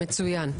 מצוין,